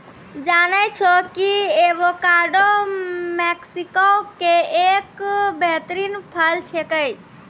जानै छौ कि एवोकाडो मैक्सिको के एक बेहतरीन फल छेकै